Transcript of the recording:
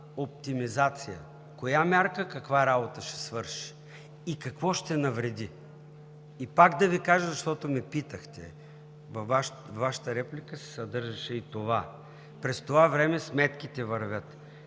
оптимизация коя мярка каква работа ще свърши и какво ще навреди. Пак да Ви кажа, защото ме питахте, във Вашата реплика се съдържаше и това: през това време сметките вървят,